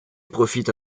profite